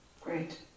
Great